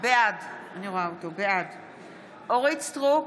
בעד אורית מלכה סטרוק,